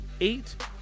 eight